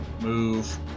move